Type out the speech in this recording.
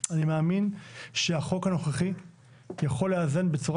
אני מאמין שהחוק הנוכחי יכול לאזן בצורה